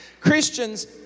Christians